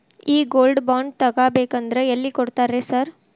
ಈ gold bond ತಗಾಬೇಕಂದ್ರ ಎಲ್ಲಿ ಕೊಡ್ತಾರ ರೇ ಸಾರ್?